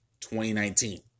2019